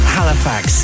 Halifax